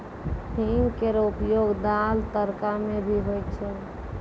हींग केरो उपयोग दाल, तड़का म भी होय छै